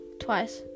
twice